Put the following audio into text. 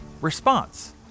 response